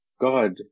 God